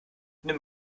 nimm